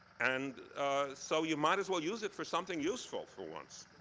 and so you might as well use it for something useful for once.